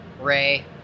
Ray